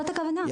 זאת הכוונה.